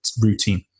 routine